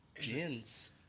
Gins